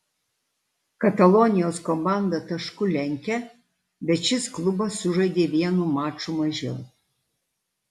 katalonijos komanda tašku lenkia bet šis klubas sužaidė vienu maču mažiau